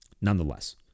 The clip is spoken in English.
nonetheless